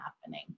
happening